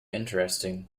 interesting